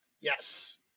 yes